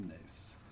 Nice